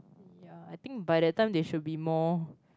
ya I think by that time they should be more